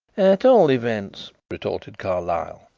at all events, retorted carlyle,